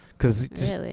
Cause